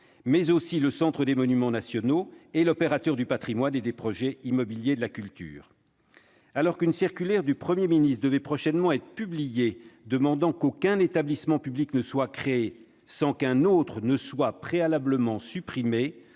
mais aussi le Centre des monuments nationaux et l'opérateur du patrimoine et des projets immobiliers de la culture. Alors qu'une circulaire du Premier ministre devait prochainement être publiée, demandant qu'aucun établissement public ne soit créé sans qu'un autre soit préalablement supprimé,